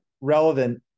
relevant